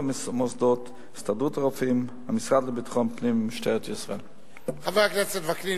חבר הכנסת וקנין,